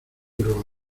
duro